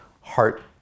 heart